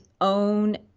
own